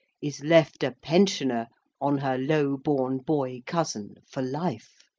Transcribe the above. is left a pensioner on her low-born boy-cousin for life!